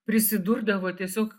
prisidurdavo tiesiog